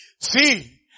See